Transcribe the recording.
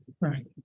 right